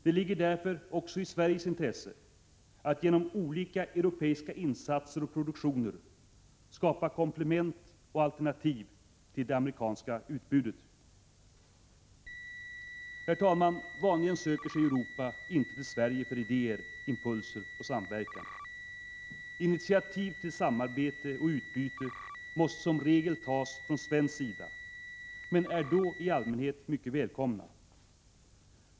Det ligger därför också i Sveriges intresse att genom olika europeiska insatser och produktioner skapa komplement och alternativ till det amerikanska utbudet. Herr talman! Vanligen söker sig övriga Europa inte till Sverige för idéer, impulser och samverkan. Initiativ till samarbete och utbyte måste som regel tas från svensk sida men är då i allmänhet mycket välkomna.